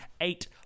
eight